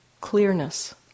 clearness